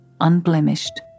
unblemished